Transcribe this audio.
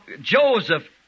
Joseph